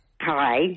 Hi